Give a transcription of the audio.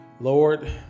Lord